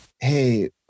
hey